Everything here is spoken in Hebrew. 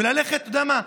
אתה יודע מה?